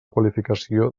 qualificació